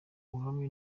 buhanga